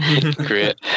great